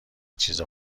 چیزا